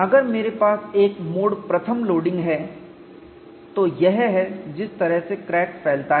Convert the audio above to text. अगर मेरे पास एक मोड I लोडिंग है तो यह है जिस तरह क्रैक फैलता है